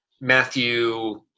Matthew